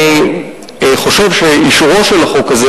אני חושב שאישורו של החוק הזה